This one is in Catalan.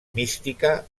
mística